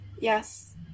Yes